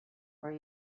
where